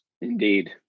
indeed